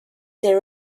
ses